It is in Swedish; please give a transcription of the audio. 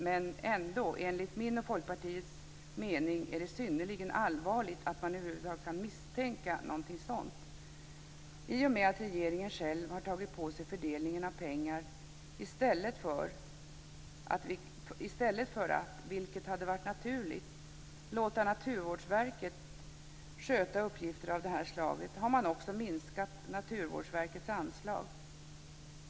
Men enligt min och Folkpartiets mening är det synnerligen allvarligt att man över huvud taget kan misstänka någonting sådant. I och med att regeringen själv har tagit på sig fördelningen av pengar i stället för att, vilket hade varit naturligt, låta Naturvårdsverket sköta uppgifter av det här slaget, har man också minskat Naturvårdsverkets anslag.